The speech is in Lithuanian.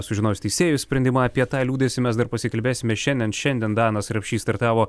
sužinojus teisėjų sprendimą apie tą liūdesį mes dar pasikalbėsime šiandien šiandien danas rapšys startavo